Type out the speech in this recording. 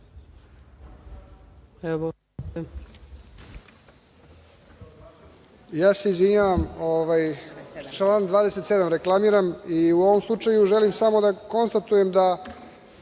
Ja se izvinjavam, član 27. reklamiram.U ovom slučaju želim samo da konstatujem da